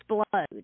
explode